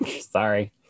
sorry